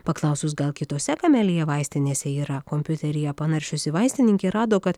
paklausus gal kitose kamelia vaistinėse yra kompiuteryje panaršiusi vaistininkė rado kad